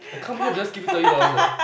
I come here just to give you thirty dollars leh